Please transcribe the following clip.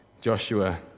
Joshua